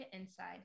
inside